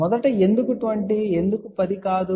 మొదట ఎందుకు 20 ఎందుకు 10 కాదు